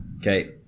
Okay